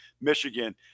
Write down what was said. Michigan